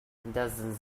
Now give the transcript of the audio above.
dozens